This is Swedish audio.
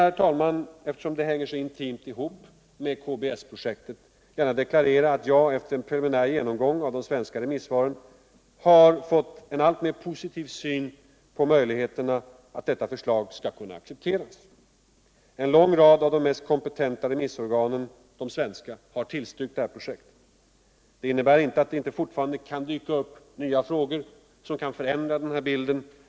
herr talman, eftersom detta hänger så intimt ihop med KBS-projektet, gärna deklararera att jag efter en preliminär genomgång av de svenska remissvaren har fåt en alltmer positiv syn på möjligheterna ait deta förslag skall kunna accepteras. En lång rad av de mest kompetenta svenska remissorganen har tillstyrkt förslaget. Det innebär inte att det inte fortfarande kan dyka upp nya frågor, som kan förändra den här bilden.